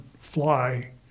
fly